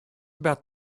about